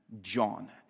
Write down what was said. John